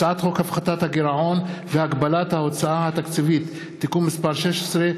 הצעת חוק הפחתת הגירעון והגבלת ההוצאה התקציבית (תיקון מס' 16)